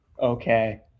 Okay